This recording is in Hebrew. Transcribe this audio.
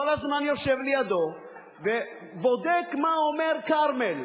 כל הזמן יושב לידו ובודק מה אומר כרמל,